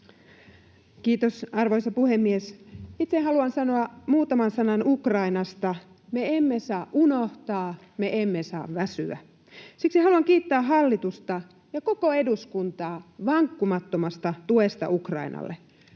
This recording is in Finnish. Kiitos, arvoisa puhemies! Itse haluan sanoa muutaman sanan Ukrainasta. Me emme saa unohtaa, me emme saa väsyä. Siksi haluan kiittää hallitusta ja koko eduskuntaa vankkumattomasta tuesta Ukrainalle.